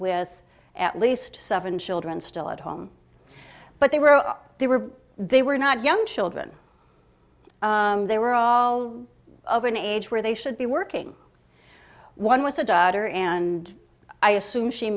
with at least seven children still at home but they were they were they were not young children they were all of an age where they should be working one was a daughter and i assume she